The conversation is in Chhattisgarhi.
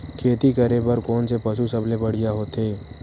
खेती करे बर कोन से पशु सबले बढ़िया होथे?